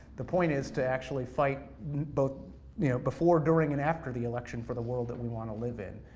the point is to actually fight both, you know, before, during, and after the election for the world that we wanna live in.